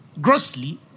grossly